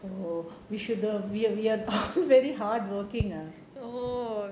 so we should have we are we are um very hardworking ah